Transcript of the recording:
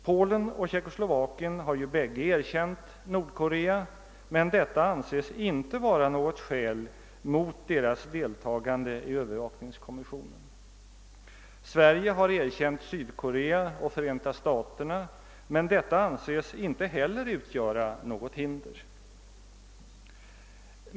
Polen och Tjeckoslovakien har ju bägge erkänt Nordkorea, men detta anses inte vara något skäl mot deras deltagande i övervakningskommissionen. Sverige och Förenta staterna har erkänt Sydkorea, men detta anses inte heller utgöra något hinder.